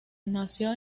nació